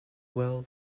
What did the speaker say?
well